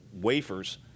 wafers